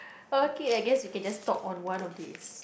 okay I guess you can just talk on one of these